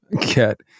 get